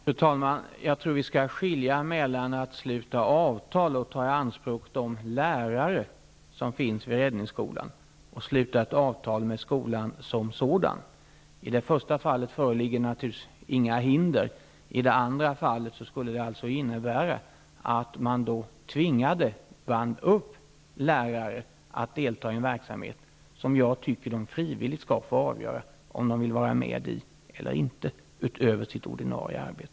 Fru talman! Jag tror att vi skall skilja mellan att sluta avtal om att ta i anspråk de lärare som finns vid räddningsskolan och att sluta avtal med skolan som sådan. I det första fallet föreligger naturligtvis inga hinder. I det andra fallet skulle man binda upp lärare för att delta i en verksamhet, som jag tycker att de frivilligt skall få avgöra om de vill vara med i eller inte utöver sitt ordinarie arbete.